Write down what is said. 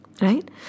right